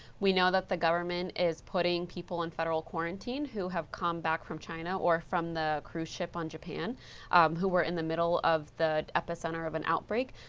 we know that the government is putting people in federal quarantine who have come back from china or from the cruise ship on japan who were in the middle of the epicenter of an outbreak.